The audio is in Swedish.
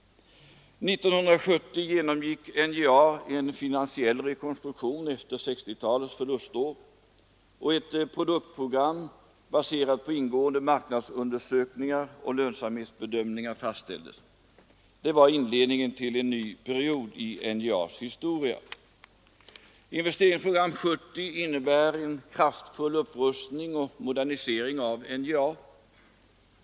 År 1970 genomgick NJA en finansiell rekonstruktion efter 1960-talets förlustår, och ett produktprogram baserat på ingående marknadsundersökningar och lönsamhetsbedömningar fastställdes. Det var inledningen till en ny period i NJA:s historia. Investeringsprogram 70 innebär en kraftfull upprustning och modernisering av NJA.